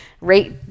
Rate